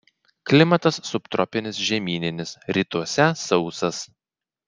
klimatas subtropinis žemyninis rytuose sausas